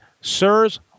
Sirs